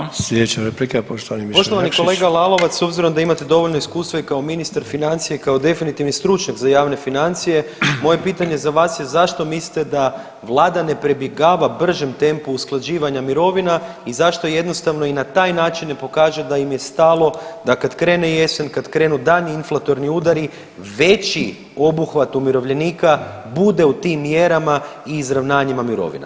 Poštovani kolega Lalovac s obzirom da imate dovoljno iskustva i kao ministar financija i kao definitivni stručnjak za javne financije moje pitanje za vas je zašto mislite da Vlada ne pribjegava bržem tempu usklađivanja mirovina i zašto jednostavno i na taj način ne pokaže da im je stalo, da kad krene jesen, kad krenu daljnji inflatorni udari veći obuhvat umirovljenika bude u tim mjerama i izravnanjima mirovina.